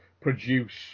produce